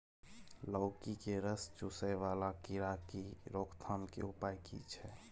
लौकी के रस चुसय वाला कीरा की रोकथाम के उपाय की छै?